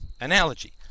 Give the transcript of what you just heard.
analogy